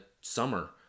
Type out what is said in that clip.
summer